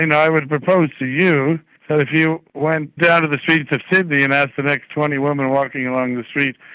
and i would propose to you that if you went down to the streets of sydney and asked the next twenty women walking along the street,